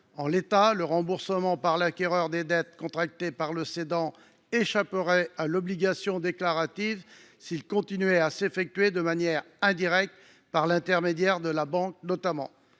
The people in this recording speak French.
En l’état, le remboursement par l’acquéreur des dettes contractées par le cédant échapperait à l’obligation déclarative s’il continuait à s’effectuer de manière indirecte, par l’intermédiaire de la banque notamment.